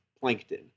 plankton